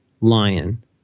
Lion